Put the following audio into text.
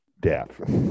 death